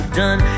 done